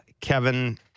Kevin